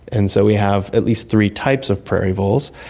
and so we have at least three types of prairie voles,